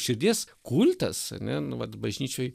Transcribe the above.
širdies kultas ane nu vat bažnyčioj